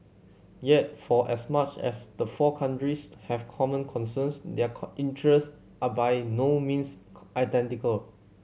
yet for as much as the four countries have common concerns their core interests are by no means identical